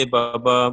Baba